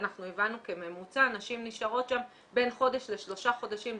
הבנו גם שנשים נשארות במקלט בין חודש לשלושה חודשים בממוצע.